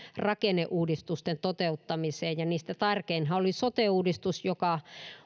rakenneuudistusten toteuttamiseen ja niistä tärkeinhän oli sote uudistus joka